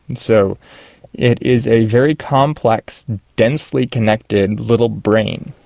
and so it is a very complex, densely connected little brain,